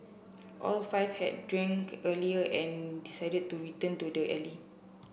all five had drank earlier and decided to return to the alley